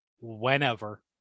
whenever